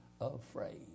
afraid